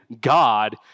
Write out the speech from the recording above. God